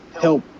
help